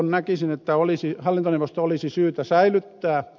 näkisin että hallintoneuvosto olisi syytä säilyttää